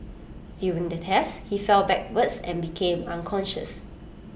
during the test he fell backwards and became unconscious